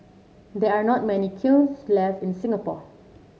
there are not many kilns left in Singapore